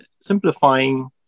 simplifying